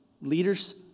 leaders